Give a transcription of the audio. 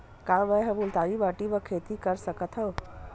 का मै ह मुल्तानी माटी म खेती कर सकथव?